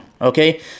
Okay